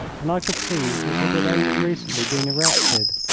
and i could see that it had only recently been erected.